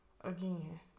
again